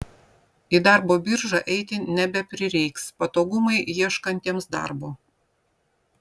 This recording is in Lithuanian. į darbo biržą eiti nebeprireiks patogumai ieškantiems darbo